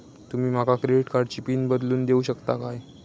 तुमी माका क्रेडिट कार्डची पिन बदलून देऊक शकता काय?